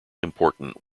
important